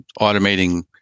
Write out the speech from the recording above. automating